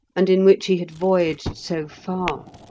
and in which he had voyaged so far,